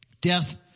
death